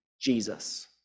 Jesus